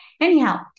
anyhow